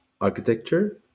architecture